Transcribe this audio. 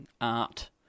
art